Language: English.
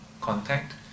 contact